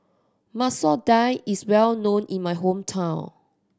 Masoor Dal is well known in my hometown